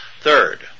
Third